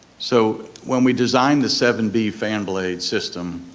so when we designed the seven b fan blade system,